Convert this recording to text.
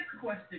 question